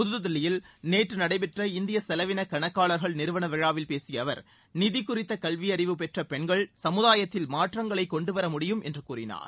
புதுதில்லியில் நேற்று நடைபெற்ற இந்திய செலவின கணக்காளர்கள் நிறுவன விழாவில் பேசிய அவர் நிதி குறித்த கல்வியறிவு பெற்ற பெண்கள் சமுதாயத்தில் மாற்றங்களை கொண்டு வர முடியும் என்று கூறினார்